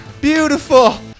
beautiful